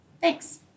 Thanks